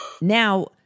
Now